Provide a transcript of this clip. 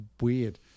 weird